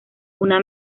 una